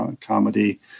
comedy